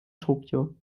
tokio